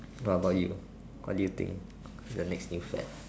what about you what do you think is the next new fad